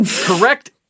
correct